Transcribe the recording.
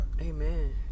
Amen